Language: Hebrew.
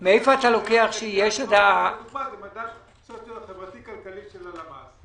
עם מדד חברתי-כלכלי של הלמ"ס".